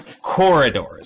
corridors